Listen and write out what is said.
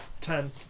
ten